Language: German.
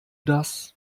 das